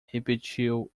repetiu